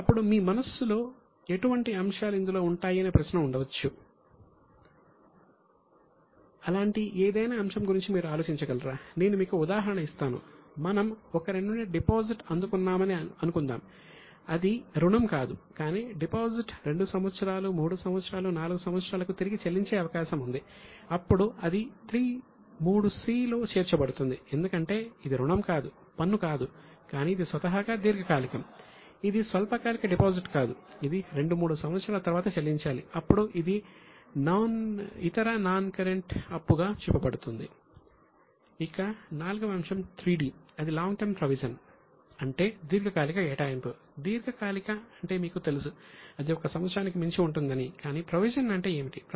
ఇక నాల్గవ అంశం 3 'd' అది లాంగ్ టర్మ్ ప్రొవిజన్ అంటే ఏమిటి